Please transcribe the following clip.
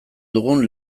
dugun